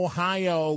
Ohio